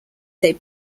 they